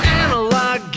analog